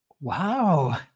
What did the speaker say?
wow